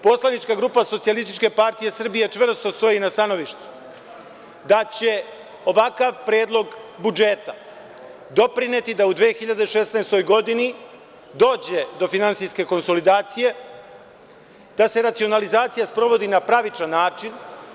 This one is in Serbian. Poslanička grupa SPS čvrsto stoji na stanovištu da će ovakav predlog budžeta doprineti da u 2016. godini dođe do finansijske konsolidacije, da se racionalizacija sprovodi na pravičan način.